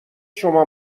شما